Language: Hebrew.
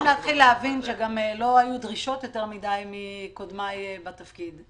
אתם צריכים להבין שלא היו דרישות יותר מדי מקודמיי בתפקיד.